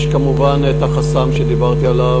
יש כמובן החס"מ שדיברתי עליו,